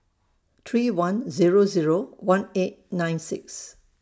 three one Zero Zero one eight nine six